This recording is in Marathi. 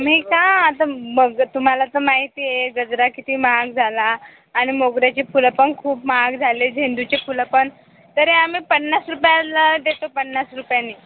मी का आता बघ तुम्हाला तर माहिती आहे गजरा किती महाग झाला आणि मोगऱ्याची फुलं पण खूप महाग झाली झेंडूची फुलं पण तरी आम्ही पन्नास रुपयाला देतो पन्नास रुपयांनी